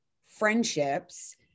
friendships